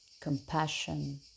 compassion